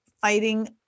fighting